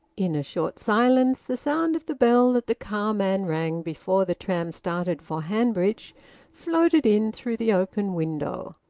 in a short silence the sound of the bell that the carman rang before the tram started for hanbridge floated in through the open window.